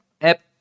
app